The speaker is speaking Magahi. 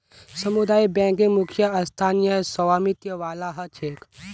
सामुदायिक बैंकिंग मुख्यतः स्थानीय स्वामित्य वाला ह छेक